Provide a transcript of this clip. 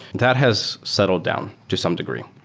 that has settled down to some degree.